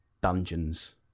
dungeons